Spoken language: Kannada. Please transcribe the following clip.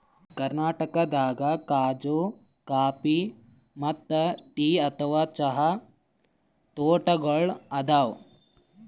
ಕರ್ನಾಟಕದಾಗ್ ಖಾಜೂ ಕಾಫಿ ಮತ್ತ್ ಟೀ ಅಥವಾ ಚಹಾ ತೋಟಗೋಳ್ ಅದಾವ